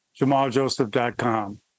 jamaljoseph.com